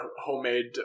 homemade